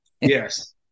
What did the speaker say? yes